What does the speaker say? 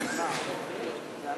אין